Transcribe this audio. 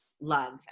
love